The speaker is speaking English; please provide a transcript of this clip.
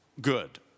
Good